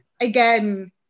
again